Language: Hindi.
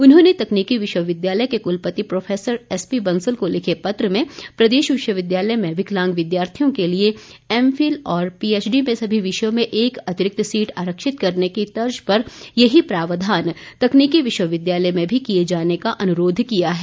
उन्होंने तकनीकी विश्वविद्यालय के कुलपति प्रोफैसर एसपीबंसल को लिखे पत्र में प्रदेश विश्वविद्यालय में विकलांग विद्यार्थियों के लिए एमफिल और पीएचडी में सभी विषयों में एक अतिरिक्त सीट आरक्षित करने की तर्ज पर यही प्रावधान तकनीकी विश्वविद्यालय में भी किए जाने का अनुरोध किया है